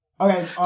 Okay